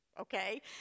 okay